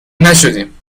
نشدیم